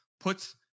Puts